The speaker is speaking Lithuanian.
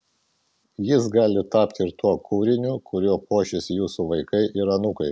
jis gali tapti ir tuo kūriniu kuriuo puošis jūsų vaikai ir anūkai